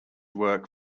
work